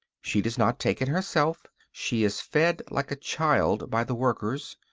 she does not take it herself she is fed like a child by the workers.